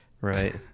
Right